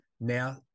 now